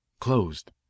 Closed